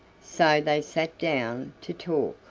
so they sat down to talk.